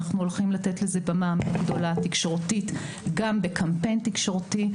אנחנו הולכים לתת לזה במה גדולה תקשורתית גם בקמפיין תקשורתי,